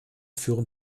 führen